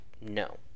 no